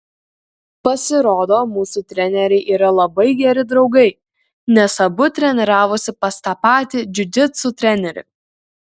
pasirodo mūsų treneriai yra labai geri draugai nes abu treniravosi pas tą patį džiudžitsu trenerį